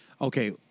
Okay